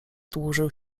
dłużył